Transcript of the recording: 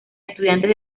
estudiantes